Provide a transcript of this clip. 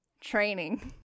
training